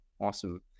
Awesome